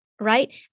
right